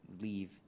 leave